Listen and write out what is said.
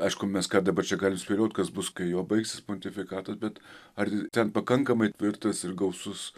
aišku mes ką dabar čia galim spėliot kas bus kai jo baigsis pontifikatas bet ar ten pakankamai tvirtas ir gausus